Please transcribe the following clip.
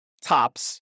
tops